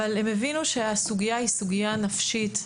אבל הם הבינו שהסוגייה היא סוגייה נפשית,